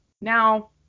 Now